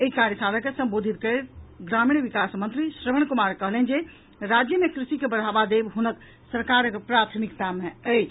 एहि कार्यशाला के संबोधित करैत ग्रामीण विकास मंत्री श्रवण कुमार कहलनि जे राज्य मे कृषि के बढ़ावा देब हुनक सरकारक प्राथमिकता मे अछि